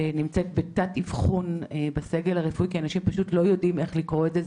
שנמצאת בתת אבחון בסגל הרפואי כי אנשים פשוט לא יודעים איך לקרוא את זה.